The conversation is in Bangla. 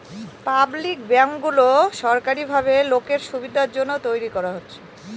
পাবলিক ব্যাঙ্কগুলো সরকারি ভাবে লোকের সুবিধার জন্য তৈরী করা হচ্ছে